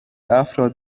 افراد